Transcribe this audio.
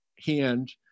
hand